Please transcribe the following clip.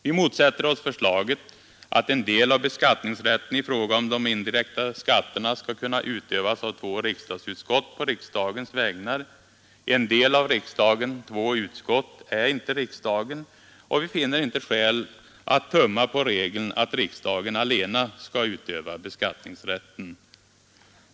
Vi motsätter oss förslaget att en del av beskattningsrätten i fråga om de indirekta skatterna skall kunna utövas av två riksdagsutskott på riksdagens vägnar. En del av riksdagen — två utskott — är inte riksdagen, och vi finner inte skäl för att tumma på regeln att riksdagen allena skall utöva beskattningsrätten.